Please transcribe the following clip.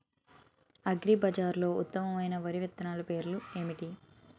అగ్రిబజార్లో ఉత్తమమైన వరి విత్తనాలు పేర్లు ఏంటి?